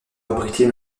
abriter